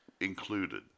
Included